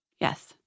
Yes